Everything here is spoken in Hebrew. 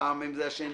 פעם עם השני,